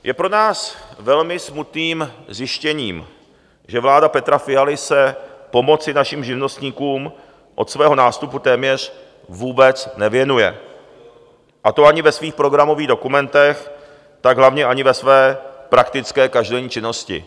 Je pro nás velmi smutným zjištěním, že vláda Petra Fialy se pomoci našim živnostníkům od svého nástupu téměř vůbec nevěnuje, a to ani ve svých programových dokumentech, tak hlavně ani ve své praktické každodenní činnosti.